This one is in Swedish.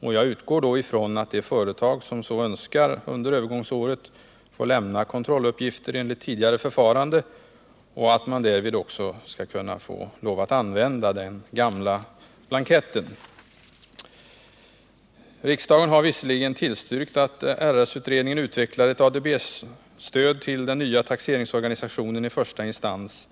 Och jag utgår ifrån att de företag som så önskar under övergångsåret får lämna kontrolluppgifter enligt tidigare förfarande och att man därvid också skall kunna få lov att använda den gamla blanketten. Riksdagen har visserligen tillstyrkt att RSV-utredningen utvecklar ett ADB-stöd till den nya taxeringsorganisationen i första instans,